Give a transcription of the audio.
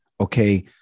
Okay